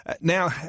Now